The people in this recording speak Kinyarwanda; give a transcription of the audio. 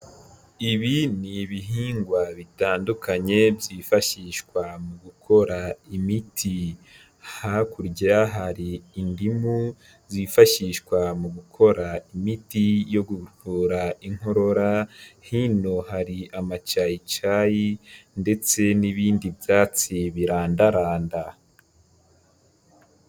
Ibi ni ibihingwa bitandukanye byifashishwa mu gukora imiti, hakurya hari indimu zifashishwa mu gukora imiti yo kuvura inkorora hino hari amacyayicyayi ndetse n'ibindi byatsi birandaranda.